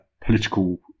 political